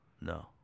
No